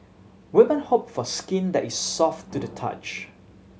woman hope for skin that is soft to the touch